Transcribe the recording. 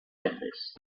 veces